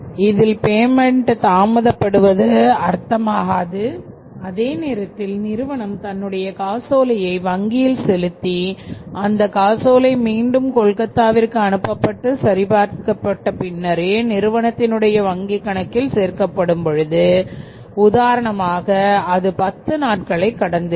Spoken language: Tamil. இதில் பேமென்ட் தாமதப்படுத்துவது அர்த்தமாகாது அதே நேரத்தில் நிறுவனம் தன்னுடைய காசோலையை வங்கியில் செலுத்தி அந்த காசோலை மீண்டும் கொல்கத்தாவிற்கு அனுப்பப்பட்டு சரிபார்க்கப்பட்ட பின்னரே நிறுவனத்தின் உடைய வங்கிக் கணக்கில் சேர்க்கப்படும் பொழுது உதாரணமாக பத்து நாட்கள் கடந்து இருக்கும்